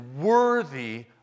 worthy